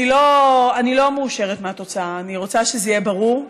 אני לא מאושרת מהתוצאה, אני רוצה שזה יהיה ברור.